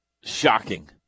shocking